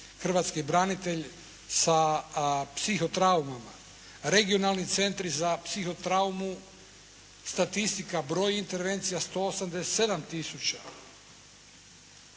hrvatski branitelj sa psiho traumama. Regionalni centri za psiho traumu, statistika broj intervencija 187 tisuća.